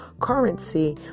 currency